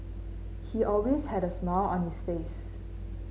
he always had a smile on his face